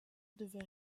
devait